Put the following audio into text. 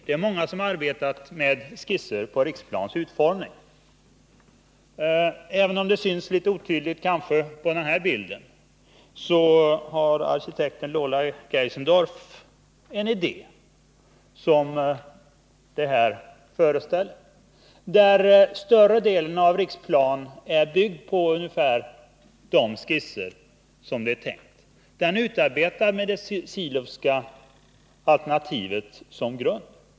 Det är många som har arbetat med skisser över Riksplans utformning. På TV-skärmen visas nu en bild, även om den syns litet otydligt här, som föreställer en idé av arkitekten Geisendorf. Där är större delen av Riksplan byggd ungefär efter de skisser som är planerade. Förslaget är utarbetat med det Silowska alternativet som grund.